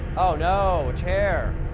oh no, a chair.